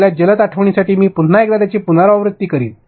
आपल्या जलद आठवणीसाठी मी पुन्हा एकदा याची पुनरावृत्ती करीन